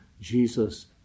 Jesus